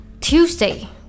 tuesday